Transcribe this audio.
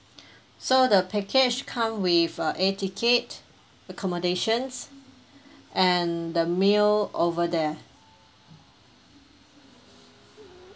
so the package come with uh air ticket accommodations and the meal over there